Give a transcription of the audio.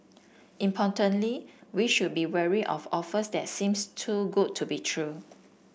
importantly we should be wary of offers that seems too good to be true